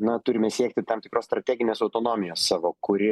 na turime siekti tam tikros strateginės autonomijos savo kuri